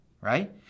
right